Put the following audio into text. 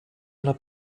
einer